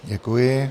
Děkuji.